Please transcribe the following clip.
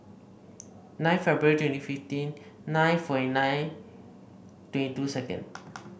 nine February twenty fifteen nine forty nine twenty two second